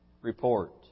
report